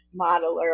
modeler